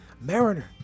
Mariner